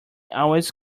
always